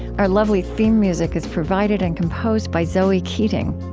our lovely theme music is provided and composed by zoe keating.